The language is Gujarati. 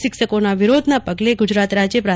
શિક્ષકોના વિરોધના પગલે ગુજરાત રાજ્ય પ્રા